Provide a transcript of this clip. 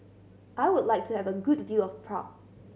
I would like to have a good view of Prague